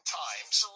times